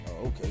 Okay